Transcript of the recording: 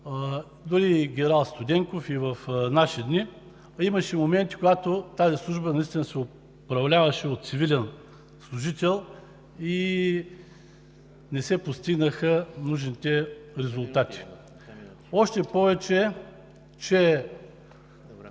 генерал Студенков и в наши дни. Имаше моменти, когато тази служба наистина се управляваше от цивилен служител и не се постигнаха нужните резултати. Още повече